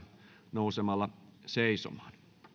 nousemalla seisomaan